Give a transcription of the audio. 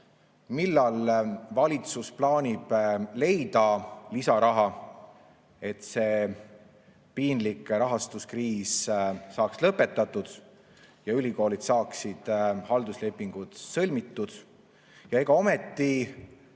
Millal valitsus plaanib leida lisaraha, et see piinlik rahastuskriis saaks lõpetatud ja ülikoolid saaksid halduslepingud sõlmitud? Ega ometi